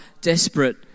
desperate